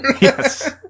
Yes